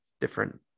different